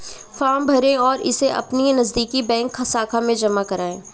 form भरें और इसे अपनी नजदीकी बैंक शाखा में जमा करें